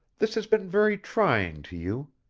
this has been very trying to you.